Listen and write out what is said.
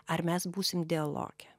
ar mes būsim dialoge